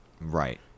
Right